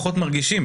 גבשו מדיניות,